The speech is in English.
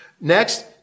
Next